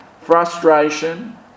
frustration